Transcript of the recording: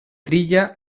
trilla